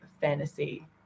fantasy